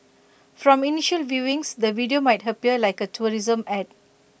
from initial viewings the video might appear like A tourism Ad